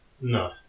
No